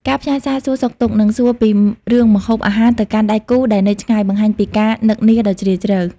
ការផ្ញើសារសួរសុខទុក្ខ និងសួរពីរឿងម្ហូបអាហារទៅកាន់ដៃគូដែលនៅឆ្ងាយ បង្ហាញពីការនឹកនាដ៏ជ្រាលជ្រៅ។